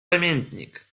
pamiętnik